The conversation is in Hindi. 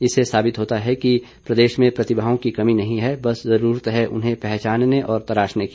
इससे साबित होता है कि प्रदेश में प्रतिभाओं की कमी नहीं है बस जरूरत हैं उन्हें पहचानने और तराशने की